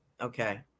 Okay